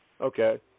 Okay